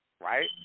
right